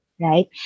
right